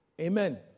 Amen